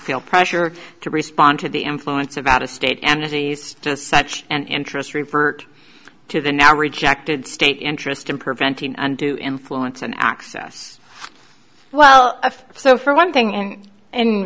feel pressure to respond to the influence of out of state energies just such an interest revert to the now rejected state interest in preventing undue influence and access well if so for one thing and